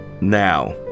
now